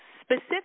specific